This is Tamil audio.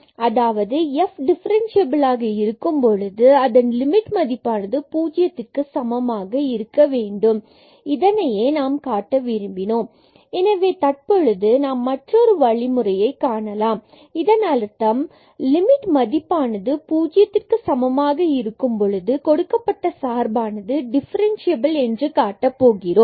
அதாவது f என்பது டிஃபரன்ஸ்சியபிலாக இருக்கும் பொழுது அதன் லிமிட் மதிப்பானது பூஜ்ஜியத்திற்க்கு சமமானதாக இருக்க வேண்டும் இதனையே நாம் காட்ட விரும்பினோம் எனவே தற்பொழுது நாம் மற்றொரு வழிமுறையைக் காணலாம் இதன் அர்த்தம் லிமிட் மதிப்பானது பூஜ்ஜியத்துக்கு சமமாக இருக்கும் பொழுது கொடுக்கப்பட்ட சார்பானது டிஃபரன்ஸ்சியபில் என்று காட்டப் போகிறோம்